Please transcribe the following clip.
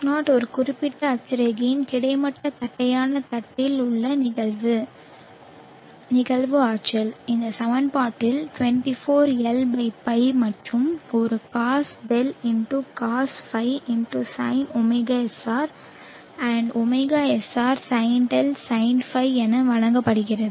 H0 ஒரு குறிப்பிட்ட அட்சரேகையில் கிடைமட்ட தட்டையான தட்டில் உள்ள நிகழ்வு ஆற்றல் இந்த சமன்பாட்டால் 24 L π மற்றும் ஒரு ccos δ into cos φ into sin ωSR and ωSR sin δ sin φ என வழங்கப்படுகிறது